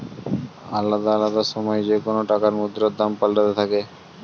আলদা আলদা সময় যেকোন টাকার মুদ্রার দাম পাল্টাতে থাকে